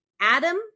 Adam